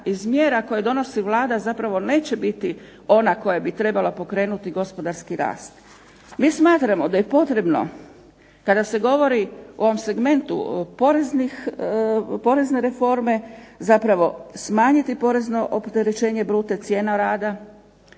iz mjera koje donosi Vlada zapravo neće biti ona koja bi trebala pokrenuti gospodarski rast. Mi smatramo da je potrebno kada se govori o ovom segmentu porezne reforme zapravo smanjiti porezno opterećenje bruto cijene rada